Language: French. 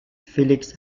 félix